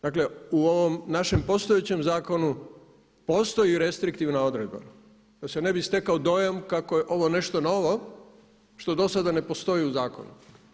Dakle u ovom našem postojećem zakonu postoji restriktivna odredba, da se ne bi stekao dojam kako je ovo nešto novo što do sada ne postoji u zakonu.